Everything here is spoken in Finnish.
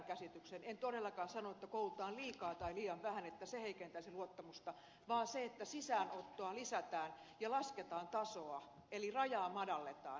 en todellakaan sanonut että se että koulutetaan liikaa tai liian vähän heikentäisi luottamusta vaan se että sisäänottoa lisätään ja lasketaan tasoa eli rajaa madalletaan